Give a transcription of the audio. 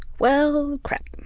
well, crap.